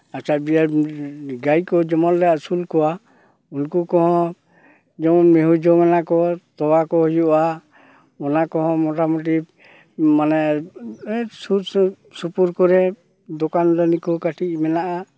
ᱟᱪᱪᱷᱟ ᱫᱤᱭᱮ ᱜᱟᱹᱭ ᱠᱚ ᱡᱮᱢᱚᱱᱞᱮ ᱟᱹᱥᱩᱞ ᱠᱚᱣᱟ ᱩᱱᱠᱩ ᱠᱚᱦᱚᱸ ᱡᱮᱢᱚᱱ ᱢᱤᱦᱩᱸ ᱡᱚᱝ ᱟᱱᱟ ᱠᱚ ᱛᱚᱣᱟ ᱠᱚ ᱦᱩᱭᱩᱜᱼᱟ ᱚᱱᱟ ᱠᱚᱦᱚᱸ ᱢᱚᱴᱟᱢᱩᱴᱤ ᱢᱟᱱᱮ ᱥᱩᱨ ᱥᱩᱨ ᱥᱩᱯᱩᱨ ᱠᱚᱨᱮ ᱫᱚᱠᱟᱱ ᱫᱟᱱᱤ ᱠᱚ ᱠᱟᱹᱴᱤᱡ ᱢᱮᱱᱟᱜᱼᱟ